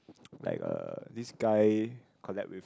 like uh this guy collab with